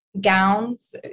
gowns